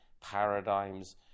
paradigms